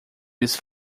eles